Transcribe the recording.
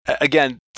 again